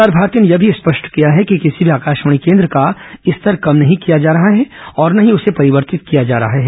प्रसार भारती ने यह भी स्पष्ट किया है कि किसी भी आकाशवाणी केन्द्र का स्तर कम नहीं किया जा रहा है और न ही उसे परिवर्तित किया जा रहा है